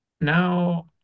Now